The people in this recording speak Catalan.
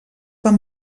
van